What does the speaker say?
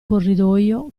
corridoio